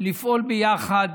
לפעול יחד,